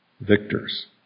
victors